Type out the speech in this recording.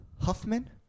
Huffman